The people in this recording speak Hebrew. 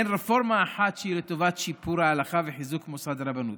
אין רפורמה אחת שהיא לטובת שיפור ההלכה וחיזוק מוסד הרבנות.